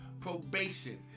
probation